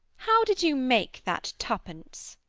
how did you make that twopence?